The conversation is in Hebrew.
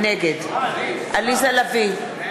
נגד עליזה לביא,